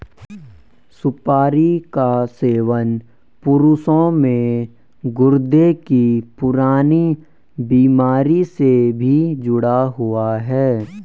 सुपारी का सेवन पुरुषों में गुर्दे की पुरानी बीमारी से भी जुड़ा हुआ है